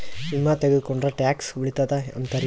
ವಿಮಾ ತೊಗೊಂಡ್ರ ಟ್ಯಾಕ್ಸ ಉಳಿತದ ಅಂತಿರೇನು?